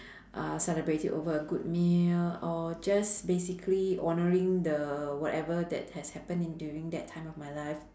uh celebrating over a good meal or just basically honouring the whatever that has happen in during that time of my life